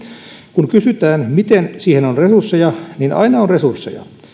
kun kysytään miten siihen on resursseja niin aina on resursseja